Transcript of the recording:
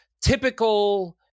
typical